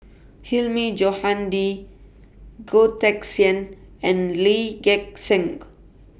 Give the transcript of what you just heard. Hilmi Johandi Goh Teck Sian and Lee Gek Seng